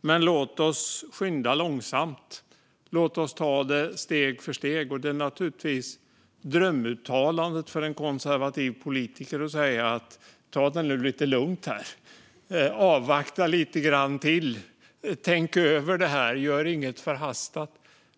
men låt oss skynda långsamt! Låt oss ta det steg för steg! Det är naturligtvis drömuttalandet för en konservativ politiker: Ta det nu lite lugnt här! Avvakta lite grann till! Tänk över det här; gör inget förhastat!